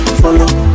follow